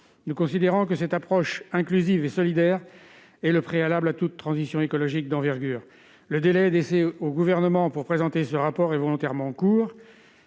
nous considérons que cette approche inclusive et solidaire est le préalable à toute transition écologique d'envergure, le délai d'essayer au gouvernement pour présenter ce rapport est volontairement court,